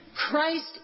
Christ